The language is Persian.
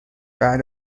بعد